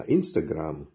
Instagram